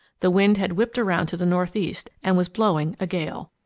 the wind had whipped around to the northeast and was blowing a gale.